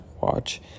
watch